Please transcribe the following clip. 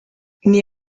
nii